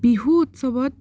বিহু উৎসৱত